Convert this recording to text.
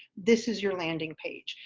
this is your landing page.